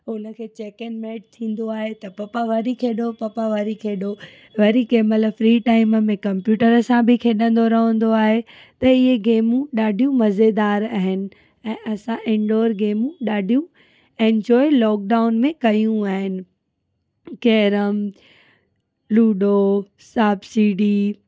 उन खे check and mate थींदो आहे त पप्पा वरी खेॾो पप्पा वरी खॾो वरी कंहिंमहिल फ्री टाइम में कंप्यूटर सां बि खेॾंदो रहंदो आहे त इहे गेमूं ॾाढियूं मज़ेदार आहिनि ऐं असां इंडोर गेम ॾाढियूं इंजोय लॉकडाऊन में कयूं आहिनि कैरम लूडो सांप सीड़ी